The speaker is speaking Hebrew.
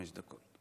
חמש דקות.